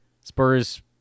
Spurs